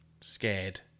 scared